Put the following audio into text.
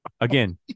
Again